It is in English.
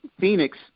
Phoenix